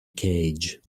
cage